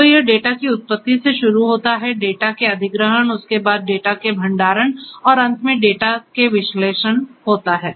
तो यह डेटा की उत्पत्ति से शुरू होता है डेटा के अधिग्रहण उसके बाद डेटा के भंडारण और अंत में डेटा के विश्लेषण होता है